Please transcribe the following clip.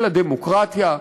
של הדמוקרטיה.